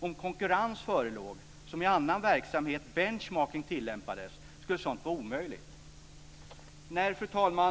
Om konkurrens förelåg och om, som i annan verksamhet, benchmarking tillämpades skulle sådant vara omöjligt. Fru talman!